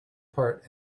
part